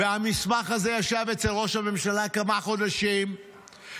המסמך הזה ישב אצל ראש הממשלה כמה חודשים והמטרה